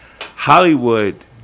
Hollywood